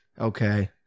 Okay